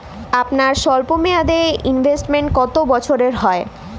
আপনাদের স্বল্পমেয়াদে ইনভেস্টমেন্ট কতো বছরের হয়?